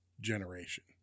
generation